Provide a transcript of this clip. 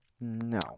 no